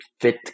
fit